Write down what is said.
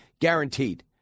guaranteed